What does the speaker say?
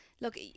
look